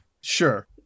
Sure